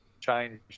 change